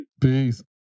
peace